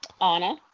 Anna